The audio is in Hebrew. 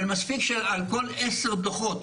אבל מספיק שעל כל עשר דוחות,